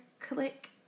click